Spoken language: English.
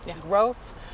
growth